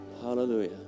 Hallelujah